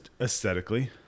aesthetically